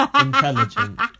intelligent